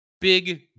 big